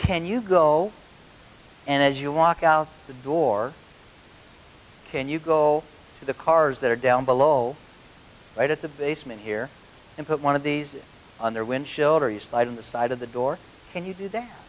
can you go and as you walk out the door can you go to the cars that are down below right at the basement here and put one of these on their windshield or you slide in the side of the door when you do that